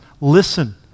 listen